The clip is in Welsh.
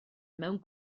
mewn